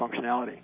functionality